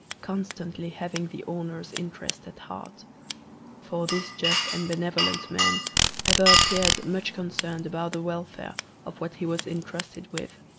constantly having the owner's interest at heart for this just and benevolent man ever appeared much concerned about the welfare of what he was intrusted with.